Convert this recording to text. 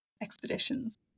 expeditions